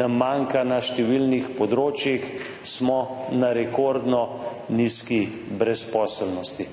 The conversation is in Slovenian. nam manjka, na številnih področjih, smo na rekordno nizki brezposelnosti.